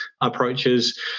approaches